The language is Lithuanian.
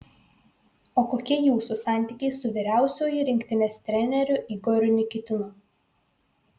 o kokie jūsų santykiai su vyriausiuoju rinktinės treneriu igoriu nikitinu